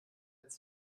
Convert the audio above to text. als